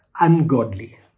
ungodly